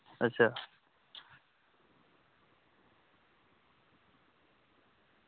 अच्छा